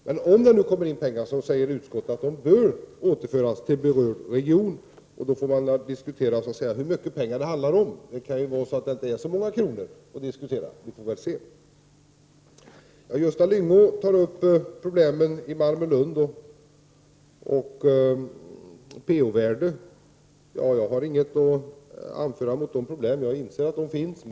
Men om det nu kommer in pengar, så skall de enligt utskottet återföras till berörd region, och då får man väl se hur mycket pengar det handlar om. Det kan ju vara så att det inte är så många kronor att diskutera om. Vi får väl se. Gösta Lyngå tar upp problemen i Malmö — Lund-regionen och problemen med pH-värdena. Jag har inget att anföra mot de problemen. Jag inser att de finns.